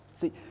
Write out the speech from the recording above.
See